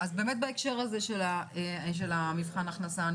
אז באמת בהקשר הזה של מבחן ההכנסה אני